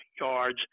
yards